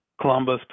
Columbus